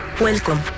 Welcome